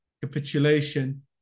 capitulation